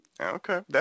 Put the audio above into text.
Okay